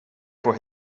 for